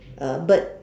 uh bird